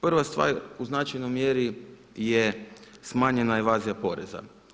Prva stvara u značajnoj mjeri je smanjena evazija poreza.